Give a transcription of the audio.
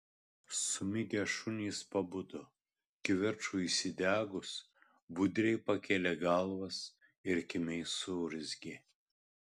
sumigę šunys pabudo kivirčui įsidegus budriai pakėlė galvas ir kimiai suurzgė